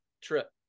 trip